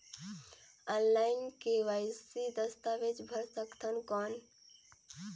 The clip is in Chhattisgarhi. ऑनलाइन के.वाई.सी दस्तावेज भर सकथन कौन?